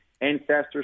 ancestors